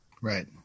Right